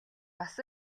бас